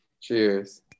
Cheers